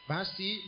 Basi